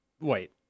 Wait